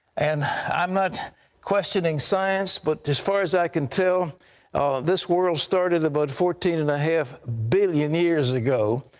and i'm not questioning science, but as far as i can tell this world started about fourteen and a half billion years ago.